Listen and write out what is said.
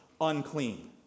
unclean